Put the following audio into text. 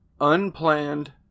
unplanned